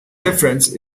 difference